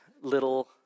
little